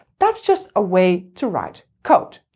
that's just a way to write code.